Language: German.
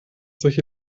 solche